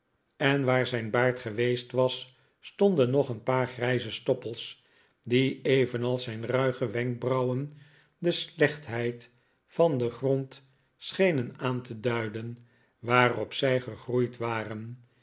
en waar zijn baard geweest was stonden nog een paar grijze stoppels die evenals zijn ruige wenkbrauwen de slechtheid van den grond schenen aan te duiden waarop zij gegroeid waren